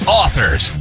authors